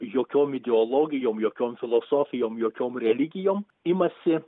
jokiom ideologijom jokiom filosofijom jokiom religijom imasi